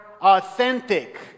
authentic